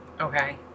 okay